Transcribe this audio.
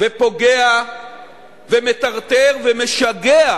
ופוגע ומטרטר ומשגע